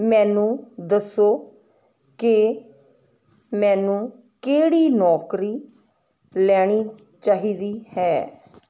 ਮੈਨੂੰ ਦੱਸੋ ਕਿ ਮੈਨੂੰ ਕਿਹੜੀ ਨੌਕਰੀ ਲੈਣੀ ਚਾਹੀਦੀ ਹੈ